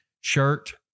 shirt